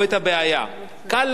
קל לבוא מפה,